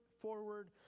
forward